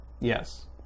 Yes